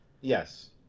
yes